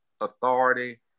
authority